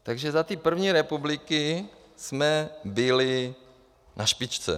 Takže za té první republiky jsme byli na špičce.